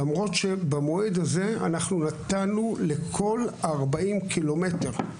למרות שבמועד הזה אנחנו נתנו לכל 40 הקילומטרים.